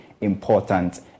important